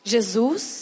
Jesus